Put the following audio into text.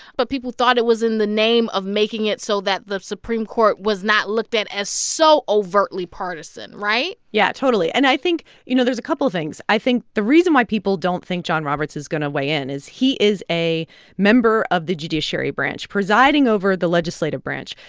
but people thought it was in the name of making it so that the supreme court was not looked at as so overtly partisan, right? yeah, totally. and i think, you know, there's a couple of things. i think the reason why people don't think john roberts is going to weigh in is he is a member of the judiciary branch, presiding over the legislative branch.